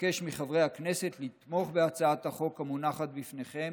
אבקש מחברי הכנסת לתמוך בהצעת החוק המונחת בפניכם